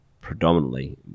predominantly